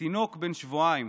תינוק בן שבועיים,